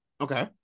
Okay